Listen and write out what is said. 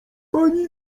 pani